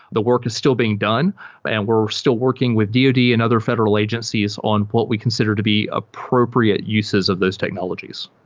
the work is still being done and we're still working with dod and other federal agencies on what we consider to be appropriate uses of those technologies.